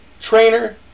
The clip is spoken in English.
trainer